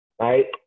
Right